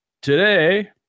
today